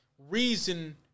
reason